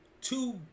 two